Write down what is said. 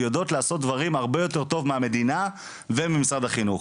יודעות לעשות דברים הרבה יותר טוב מהמדינה וממשרד החינוך.